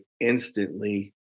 instantly